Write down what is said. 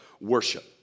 worship